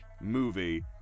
movie